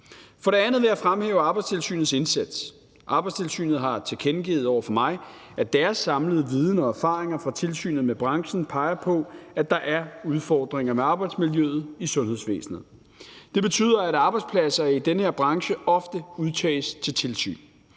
For det andet vil jeg fremhæve Arbejdstilsynets indsats. Arbejdstilsynet har tilkendegivet over for mig, at deres samlede viden og erfaringer fra tilsynet med branchen peger på, at der er udfordringer med arbejdsmiljøet i sundhedsvæsenet. Det betyder, at arbejdspladser i den her branche ofte udtages til tilsyn.